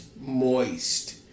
moist